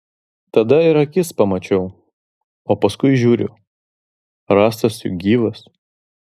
tada ir akis pamačiau o paskui žiūriu rąstas juk gyvas